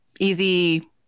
Easy